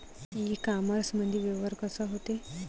इ कामर्समंदी व्यवहार कसा होते?